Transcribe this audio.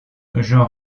jean